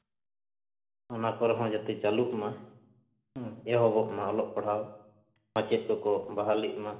ᱚᱱᱟ ᱠᱚᱨᱮ ᱦᱚᱸ ᱡᱟᱛᱮ ᱪᱟᱹᱞᱩᱜ ᱢᱟ ᱦᱩᱸ ᱮᱦᱚᱵᱚᱜ ᱢᱟ ᱚᱞᱚᱜ ᱯᱟᱲᱦᱟᱣ ᱟᱨ ᱢᱟᱪᱮᱫ ᱠᱚᱠᱚ ᱵᱟᱦᱟᱞᱚᱜ ᱢᱟ